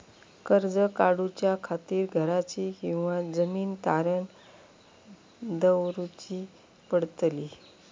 कर्ज काढच्या खातीर घराची किंवा जमीन तारण दवरूची पडतली?